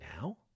now